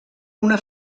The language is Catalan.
una